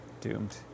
Doomed